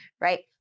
right